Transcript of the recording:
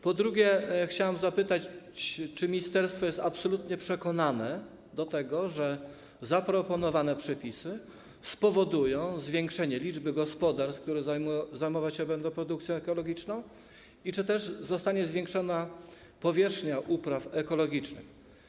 Po drugie, chciałbym zapytać: Czy ministerstwo jest absolutnie przekonane do tego, że zaproponowane przepisy spowodują zwiększenie liczby gospodarstw, które zajmować się będą produkcją ekologiczną, i czy zostanie zwiększona powierzchnia upraw ekologicznych?